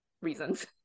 reasons